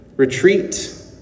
Retreat